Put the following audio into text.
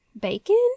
Bacon